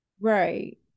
Right